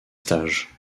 stages